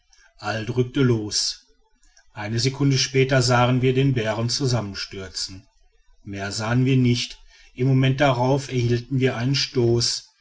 drückte los eine sekunde später sahen wir den bären zusammenstürzen mehr sahen wir nicht im moment darauf erhielten wir einen stoß